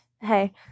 hey